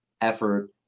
effort